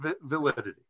validity